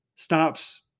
Stops